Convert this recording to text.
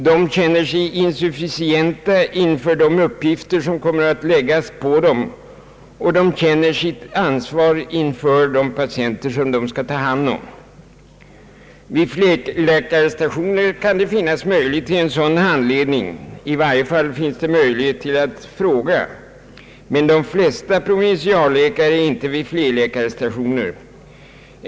De känner sig insufficienta inför de uppgifter som kommer att läggas på dem och de känner sitt ansvar inför de patienter de skall ta hand om. Vid flerläkarstationer kan det finnas möjlighet till en sådan handledning. I varje fall finns möjlighet att fråga. Men de flesta provinsialläkare är inte vid flerläkarstationer.